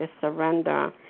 surrender